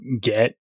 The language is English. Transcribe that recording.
get